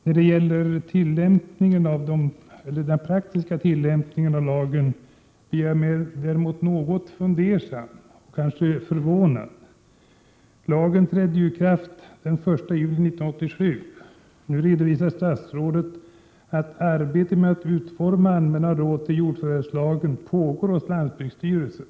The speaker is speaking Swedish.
När det gäller den praktiska tillämpningen av lagen blir jag däremot något fundersam, kanske förvånad. Lagen trädde i kraft den 1 juli 1987. Nu redovisar statsrådet att arbetet med att utforma allmänna råd till jordför värvslagen pågår hos lantbruksstyrelsen.